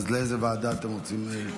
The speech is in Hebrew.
--- אז לאיזו ועדה אתם רוצים?